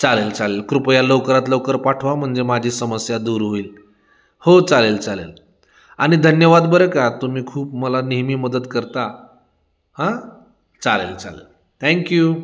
चालेल चालेल कृपया लवकरात लवकर पाठवा म्हणजे माझी समस्या दूर होईल हो चालेल चालेल आणि धन्यवाद बरं का तुम्ही खूप मला नेहमी मदत करता हां चालेल चालेल थँक्यू